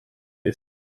ist